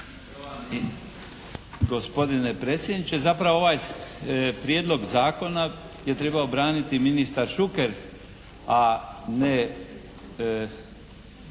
Hvala vam